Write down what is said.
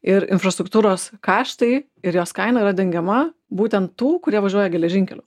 ir infrastruktūros kaštai ir jos kaina yra dengiama būtent tų kurie važiuoja geležinkeliu